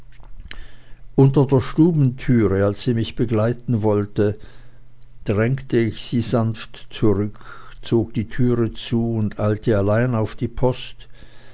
unter der stubentüre als sie mich begleiten wollte drängte ich sie sanft zurück zog die türe zu und eilte allein auf die post